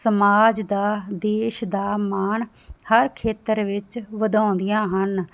ਸਮਾਜ ਦਾ ਦੇਸ਼ ਦਾ ਮਾਣ ਹਰ ਖੇਤਰ ਵਿੱਚ ਵਧਾਉਂਦੀਆਂ ਹਨ